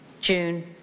June